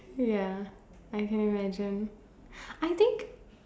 ya I can imagine I think